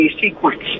sequence